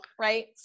right